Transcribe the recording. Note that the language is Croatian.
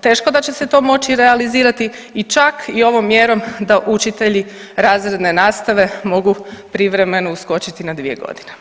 teško da će se to moći realizirati i čak i ovom mjerom da učitelji razredne nastave mogu privremeno uskočiti na 2 godine.